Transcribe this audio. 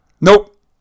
Nope